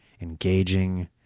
engaging